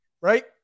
Right